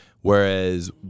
whereas